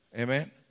Amen